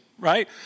right